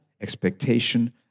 expectation